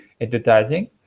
advertising